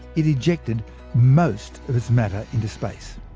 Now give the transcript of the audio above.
it ejected most of its matter into space.